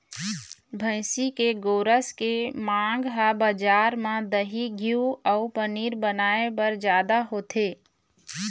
भइसी के गोरस के मांग ह बजार म दही, घींव अउ पनीर बनाए बर जादा होथे